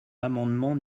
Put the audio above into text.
l’amendement